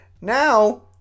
Now